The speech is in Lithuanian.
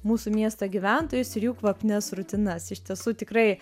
mūsų miesto gyventojus ir jų kvapnias rutinas iš tiesų tikrai